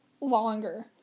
longer